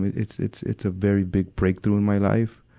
it's, it's, it's a very big breakthrough in my life.